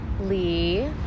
Lee